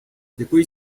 depois